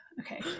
okay